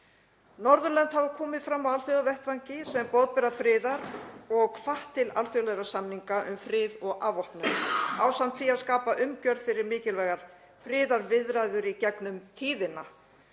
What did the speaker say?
Norðurlönd hafa komið fram á alþjóðavettvangi sem boðberar friðar og hvatt til alþjóðlegra samninga um frið og afvopnun, ásamt því að skapa umgjörð fyrir mikilvægar friðarviðræður í gegnum tíðina,